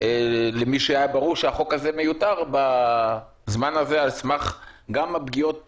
למי שהיה ברור שהחוק הזה מיותר בזמן הזה על הסמך גם הפגיעות